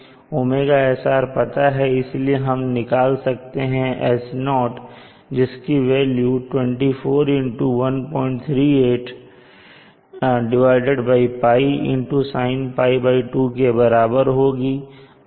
अब हमें ωsr पता है इसलिए हम निकाल सकते हैं H0 को जिसकी वेल्यू 24x138 kWm2π sin π2 के बराबर होगी